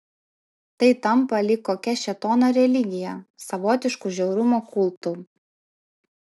tai tampa lyg kokia šėtono religija savotišku žiaurumo kultu